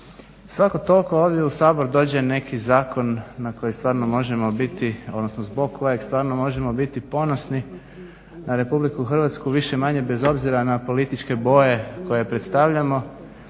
Svako toliko ovdje u Sabor dođe neki zakon na koji stvarno možemo biti, odnosno zbog kojeg stvarno možemo biti ponosni na RH više-manje bez obzira na političke boje koje predstavljamo.